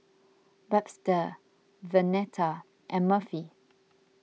Webster Vernetta and Murphy